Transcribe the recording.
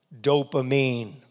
Dopamine